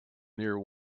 near